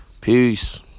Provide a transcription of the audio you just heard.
Peace